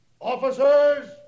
Officers